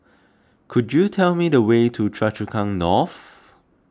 could you tell me the way to Choa Chu Kang North